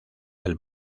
del